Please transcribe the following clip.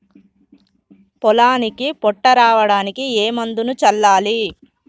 పొలానికి పొట్ట రావడానికి ఏ మందును చల్లాలి?